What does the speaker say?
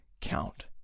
count